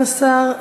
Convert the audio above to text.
הוא כן נמצא.